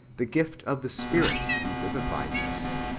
the gift of the spirit, who vivifies us.